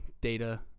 data